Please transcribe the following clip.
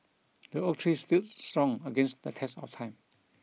the oak tree stood strong against the test of time